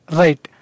right